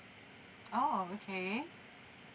oh okay